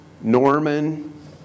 Norman